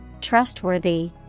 trustworthy